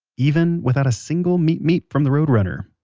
even without a single meep meep from the road runner